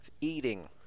eating